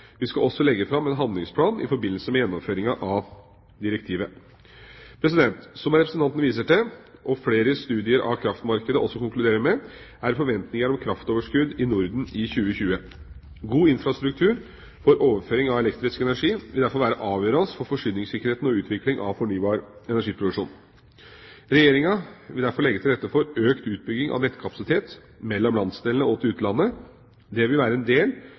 Vi skal også legge fram en handlingsplan i forbindelse med gjennomføringa av direktivet. Som representanten viser til, og som flere studier av kraftmarkedet også konkluderer med, er det forventninger om kraftoverskudd i Norden i 2020. God infrastruktur for overføring av elektrisk energi vil derfor være avgjørende for forsyningssikkerheten og utvikling av fornybar energiproduksjon. Regjeringa vil derfor legge til rette for økt utbygging av nettkapasitet mellom landsdelene og til utlandet. Det vil være en del